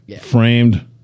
framed